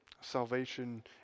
salvation